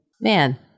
man